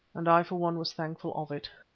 and i for one was thankful of it.